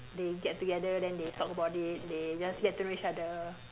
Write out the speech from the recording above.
they get together then they talk about it they just get to know each other